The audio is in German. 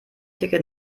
ticket